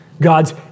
God's